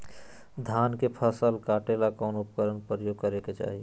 धान के फसल काटे ला कौन उपकरण उपयोग करे के चाही?